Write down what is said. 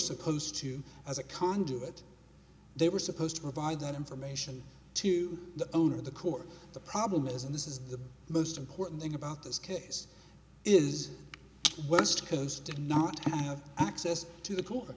supposed to as a conduit they were supposed to provide that information to the owner of the court the problem is and this is the most important thing about this case is west coast did not have access to the